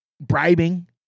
bribing